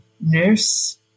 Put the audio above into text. nurse